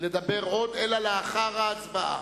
לדבר עוד, אלא לאחר ההצבעה,